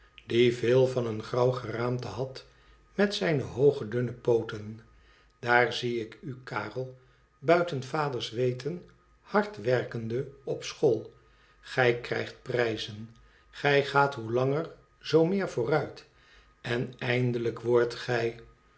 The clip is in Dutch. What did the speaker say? veel van een grauw geraamte had met zijne hooge dunne pooten daar zie ik u karel buiten vaders weten hard werkende op school gij krijgt prijzen gij gaat hoe langer zoo meer vooruit en eindelijk wordt gij